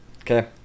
Okay